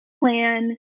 plan